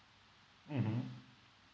mmhmm